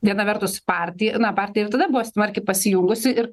viena vertus parti na partija ir tada buvo smarkiai pasijungusi ir